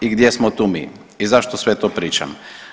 I gdje smo tu mi i zašto sve to pričam?